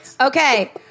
Okay